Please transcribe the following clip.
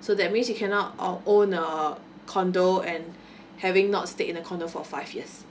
so that means you cannot uh own um condo and having not stayed in a condo for five years